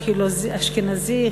אשכנזי,